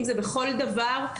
אם זה בכל דבר.